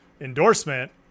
endorsement